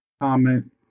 Comment